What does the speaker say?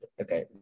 Okay